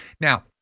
now